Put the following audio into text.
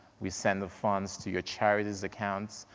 we send the funds to your charity's accounts,